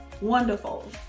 wonderful